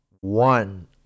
one